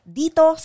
dito